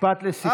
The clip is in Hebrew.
משפט לסיכום.